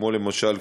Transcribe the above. כמו למשל,